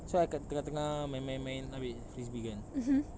so I kat tengah tengah main main main ambil frisbee kan